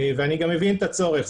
ואני גם מבין את הצורך.